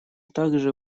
также